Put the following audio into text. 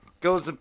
goes